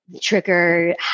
trigger